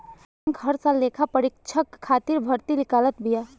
bank हर साल लेखापरीक्षक खातिर भर्ती निकालत बिया